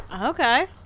Okay